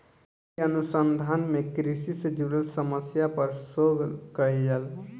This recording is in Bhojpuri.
ए अनुसंधान में कृषि से जुड़ल समस्या पर शोध कईल जाला